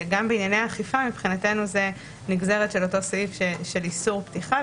גם בענייני אכיפה מבחינתנו זה נגזרת של אותו סעיף של איסור פתיחה,